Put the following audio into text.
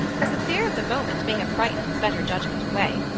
but the fear of the moment may have frightened his better judgment away.